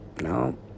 No